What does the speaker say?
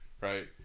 right